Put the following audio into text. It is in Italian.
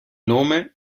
nome